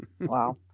Wow